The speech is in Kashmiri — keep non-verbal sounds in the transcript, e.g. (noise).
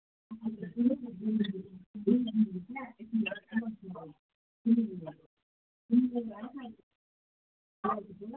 (unintelligible)